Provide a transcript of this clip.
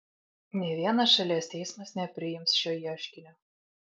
nė vienas šalies teismas nepriims šio ieškinio